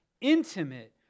intimate